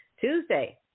Tuesday